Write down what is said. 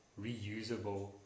reusable